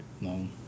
no